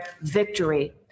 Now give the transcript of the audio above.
Victory